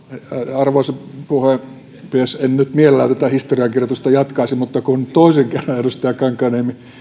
arvoisa puhemies en nyt mielellään tätä historiankirjoitusta jatkaisi mutta kun toisen kerran edustaja kankaanniemi